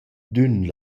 d’ün